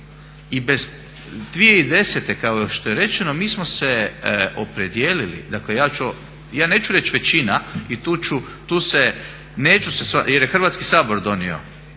i bez 2010.kao što je rečeno mi smo se opredijelili, dakle ja neću reći većina i tu se neću jer je Hrvatski sabor donio